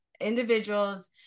individuals